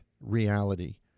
reality